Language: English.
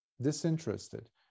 disinterested